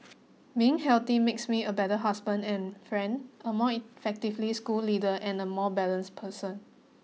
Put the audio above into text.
being healthy makes me a better husband and friend a more effectively school leader and a more balanced person